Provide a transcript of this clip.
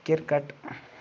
cricket